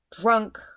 Drunk